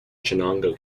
chenango